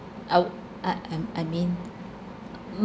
I would I um I mean